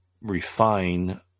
refine